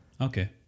Okay